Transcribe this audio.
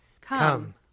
Come